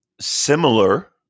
similar